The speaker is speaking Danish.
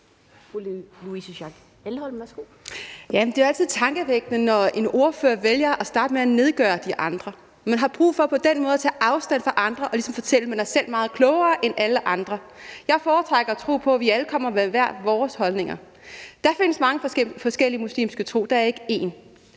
Det er jo altid tankevækkende, når en ordfører vælger at starte med at nedgøre de andre, når man har brug for på den måde at tage afstand fra andre og ligesom fortælle, at man selv er meget klogere end alle andre. Jeg foretrækker at tro på, at vi alle kommer med hver vores holdninger. Der findes mange forskellige muslimske trosretninger